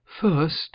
First